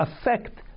affect